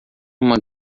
uma